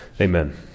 Amen